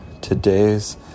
Today's